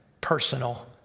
personal